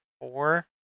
four